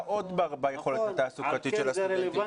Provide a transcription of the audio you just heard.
עוד ביכולת התעסוקתית של הסטודנטים,